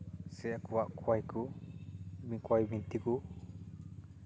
ᱥᱮ ᱟᱠᱚᱣᱟᱜ ᱠᱷᱚᱭ ᱠᱚ ᱠᱚᱭ ᱵᱤᱱᱛᱤ ᱠᱚ